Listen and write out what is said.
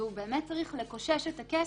והוא באמת צריך לקושש את הכסף,